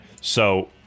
So-